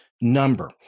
number